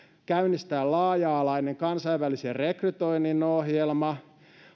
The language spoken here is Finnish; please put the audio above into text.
käynnistetään laaja alainen kansainvälisen rekrytoinnin ohjelma